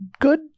good